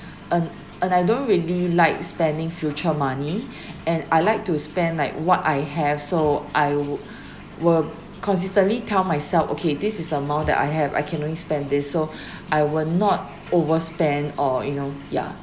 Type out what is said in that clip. and and I don't really like spending future money and I like to spend like what I have so I would will consistently tell myself okay this is the amount that I have I can only spend this so I will not overspend or you know ya